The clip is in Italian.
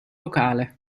locale